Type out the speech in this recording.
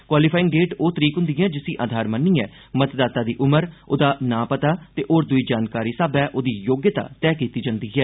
qualifying date ओ तरीक होन्दी ऐ जिसी आधार मन्नियै मतदाता दी उम्र नां पतां ते होर द्ड़ जानकारी साब्बै ओदी योग्यता तह कीती जंदी ऐ